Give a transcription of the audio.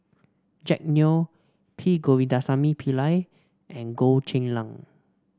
Jack Neo P Govindasamy Pillai and Goh Cheng Liang